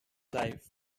life